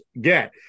get